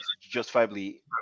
justifiably